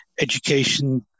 education